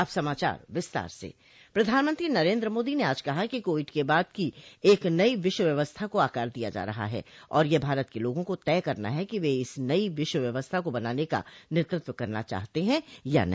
अब समाचार विस्तार से प्रधानमंत्री नरेंद्र मोदी ने आज कहा कि कोविड के बाद की एक नई विश्व व्यवस्था को आकार दिया जा रहा है और यह भारत के लोगों को तय करना है कि वे इस नई विश्व व्यवस्था को बनाने का नेतृत्व करना चाहते हैं या नहीं